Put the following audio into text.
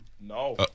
No